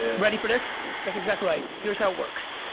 ready for this that's exactly right here's how it works.